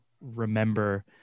remember